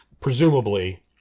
presumably